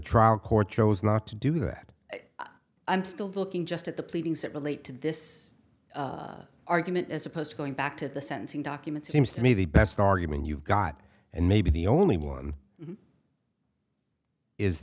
trial court chose not to do that i'm still looking just at the pleadings that relate to this argument as opposed to going back to the sentencing document seems to me the best argument you've got and maybe the only one